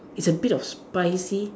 it's a bit of spicy